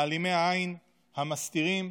מעלימי העין, המסתירים,